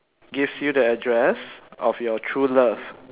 gives you the address of your true love